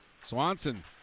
Swanson